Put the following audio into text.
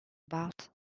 about